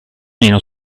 meno